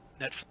Netflix